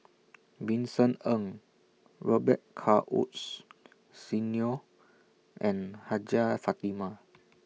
Vincent Ng Robet Carr Woods Senior and Hajjah Fatimah